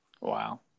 Wow